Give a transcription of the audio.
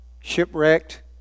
shipwrecked